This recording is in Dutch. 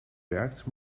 werkt